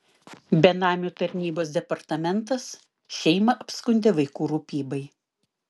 benamių tarnybos departamentas šeimą apskundė vaikų rūpybai